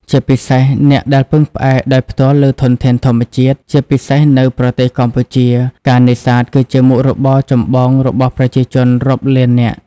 ជាពិសេសអ្នកដែលពឹងផ្អែកដោយផ្ទាល់លើធនធានធម្មជាតិ ជាពិសេសនៅប្រទេសកម្ពុជា ការនេសាទគឺជាមុខរបរចម្បងរបស់ប្រជាជនរាប់លាននាក់។